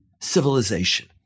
civilization